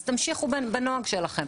אז תמשיכו בנוהג שלכם.